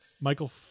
Michael